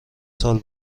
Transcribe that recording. سال